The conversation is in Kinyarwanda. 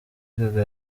gaga